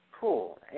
Cool